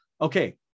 okay